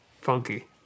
funky